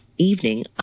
evening